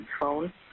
phone